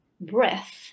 breath